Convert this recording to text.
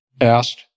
asked